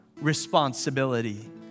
responsibility